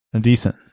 decent